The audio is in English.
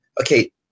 okay